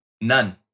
None